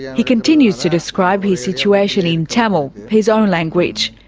he continues to describe his situation in tamil, his own language,